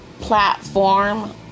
platform